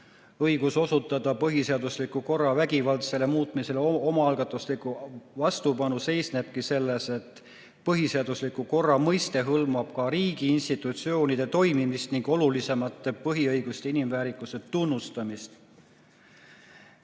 õigus osutada põhiseadusliku korra vägivaldsele muutmisele omaalgatuslikku vastupanu, seisnebki selles, et põhiseadusliku korra mõiste hõlmab ka riigi institutsioonide toimimist ning olulisemate põhiõiguste ja inimväärikuse tunnustamist.